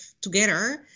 together